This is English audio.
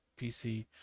PC